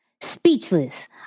Speechless